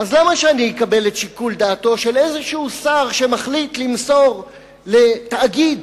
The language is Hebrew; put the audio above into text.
אז למה שאני אקבל את שיקול דעתו של איזשהו שר שמחליט למסור לתאגיד